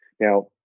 Now